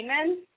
Amen